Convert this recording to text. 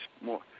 more